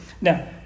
Now